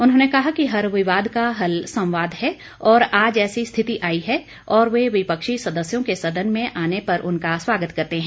उन्होंने कहा कि हर विवाद का हल संवाद है और आज ऐसी स्थिति आई है और वे विपक्षी सदस्यों के सदन में आने पर उनका स्वागत करते हैं